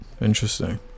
Interesting